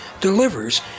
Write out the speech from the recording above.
delivers